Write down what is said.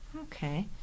Okay